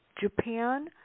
Japan